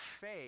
faith